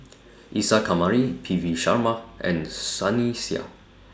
Isa Kamari P V Sharma and Sunny Sia